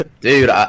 Dude